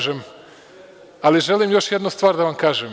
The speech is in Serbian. Želim još jednu stvar da vam kažem.